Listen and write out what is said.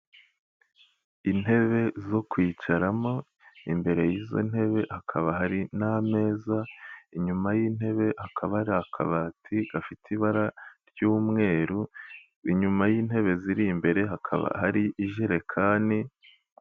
Intebe zo kwicaramo, imbere y'izo ntebe hakaba hari n'ameza, inyuma y'intebe akaba ari akabati gafite ibara ry'umweru, inyuma y'intebe ziri imbere hakaba hari ijerekani.